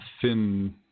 thin